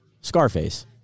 Scarface